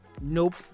Nope